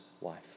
wife